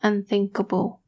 Unthinkable